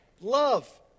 Love